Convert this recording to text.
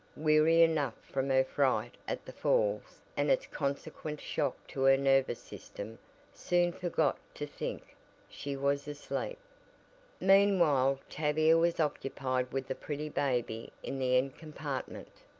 weary enough from her fright at the falls and its consequent shock to her nervous system soon forgot to think she was asleep. meanwhile tavia was occupied with the pretty baby in the end compartment.